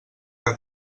que